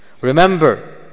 Remember